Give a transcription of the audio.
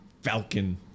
Falcon